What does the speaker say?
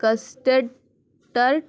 کسٹٹر